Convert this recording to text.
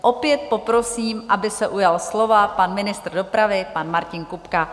Opět poprosím, aby se ujal slova ministr dopravy pan Martin Kupka.